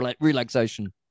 relaxation